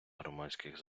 громадських